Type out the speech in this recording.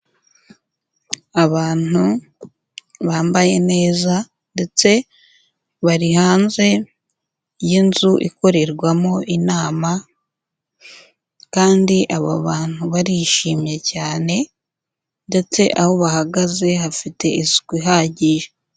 Abantu bambaye neza ndetse bari hanze y'inzu ikorerwamo inama kandi abo bantu barishimye cyane ndetse aho bahagaze hafite isuku ihagije.